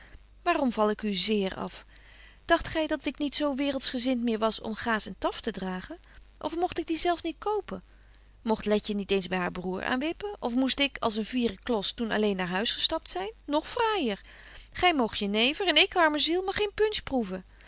waarom val ik u zéér af dagt gy dat ik niet zoo waerelds gezint meer was om gaas en taf te dragen of mogt ik die zelf niet kopen mogt letje niet eens by haar broêr aan wippen of moest ik als een fiere klos toen alleen naar huis gestapt zyn nog fraaijer gy moogt jenever en ik arme ziel mag geen punch proeven